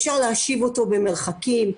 אפשר להושיב אותו במרחקים,